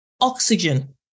oxygen